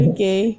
Okay